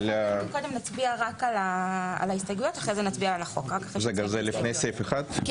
אתה מצביע על ההסתייגויות, כולל